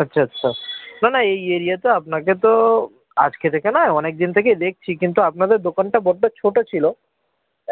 আচ্ছা আচ্ছা না না এই এরিয়ায় তো আপনাকে তো আজকে থেকে নয় অনেক দিন থেকেই দেখছি কিন্তু আপনাদের দোকানটা বড্ড ছোটো ছিল